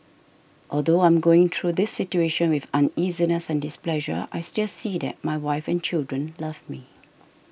although I'm going through this situation with uneasiness and displeasure I still see that my wife and children love me